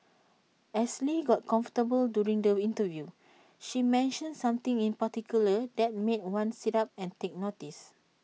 as lee got comfortable during the interview she mentioned something in particular that made one sit up and take notice